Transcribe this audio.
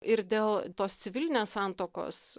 ir dėl tos civilinės santuokos